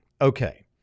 okay